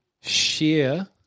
share